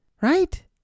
Right